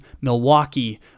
Milwaukee